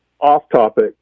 off-topic